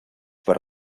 per